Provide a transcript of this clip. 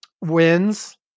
wins